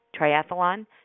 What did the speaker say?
triathlon